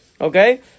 Okay